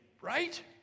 right